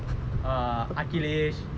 err achilles